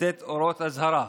לתת אורות אזהרה.